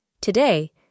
Today